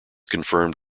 confirmed